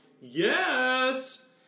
Yes